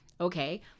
okay